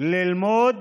ללמוד